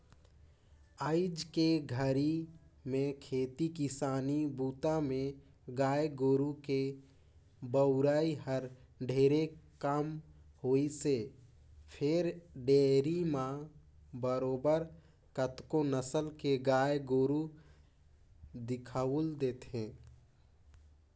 आयज के घरी में खेती किसानी बूता में गाय गोरु के बउरई हर ढेरे कम होइसे फेर डेयरी म बरोबर कतको नसल के गाय गोरु दिखउल देथे